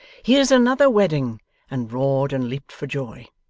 here's another wedding and roared and leaped for joy.